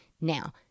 Now